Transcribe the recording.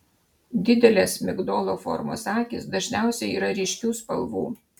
didelės migdolo formos akys dažniausiai yra ryškių spalvų